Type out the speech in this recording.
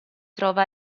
trova